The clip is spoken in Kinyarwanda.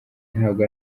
ntabwo